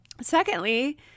Secondly